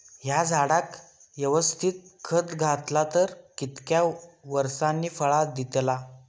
हया झाडाक यवस्तित खत घातला तर कितक्या वरसांनी फळा दीताला?